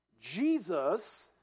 Jesus